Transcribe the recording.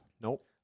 Nope